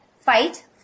fight